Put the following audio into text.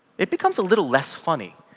it becomes a little less funny.